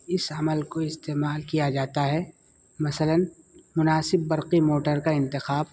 اس عمل کو استعمال کیا جاتا ہے مثلاً مناسب برقی موٹر کا انتخاب